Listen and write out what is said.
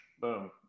boom